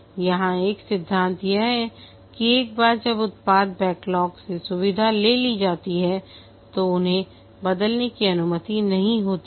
यहां एक सिद्धांत यह है कि एक बार जब उत्पाद बैकलॉग से सुविधा ले ली जाती है तो उन्हें बदलने की अनुमति नहीं होती है